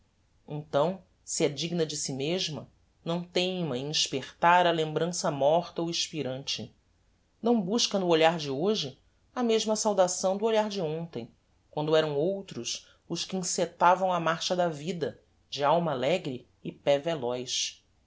então se é digna de si mesma não teima em espertar a lembrança morta ou expirante não busca no olhar de hoje a mesma saudação do olhar de hontem quando eram outros os que encetavam a marcha da vida de alma alegre e pé veloz